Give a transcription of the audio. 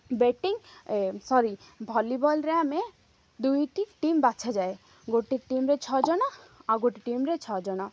batting sorry ଭଲିବଲ୍ରେ ଆମେ ଦୁଇଟି ଟିମ୍ ବଛାଯାଏ ଗୋଟେ ଟିମ୍ରେ ଛଅଜଣ ଆଉ ଗୋଟେ ଟିମ୍ରେ ଛଅଜଣ